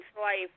life